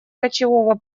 кочевого